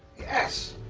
yes!